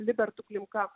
libertu klimka